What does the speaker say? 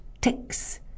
ticks